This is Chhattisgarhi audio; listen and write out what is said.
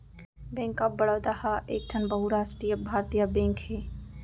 बेंक ऑफ बड़ौदा ह एकठन बहुरास्टीय भारतीय बेंक हे